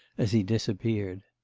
as he disappeared.